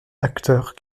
acteurs